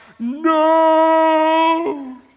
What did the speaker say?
No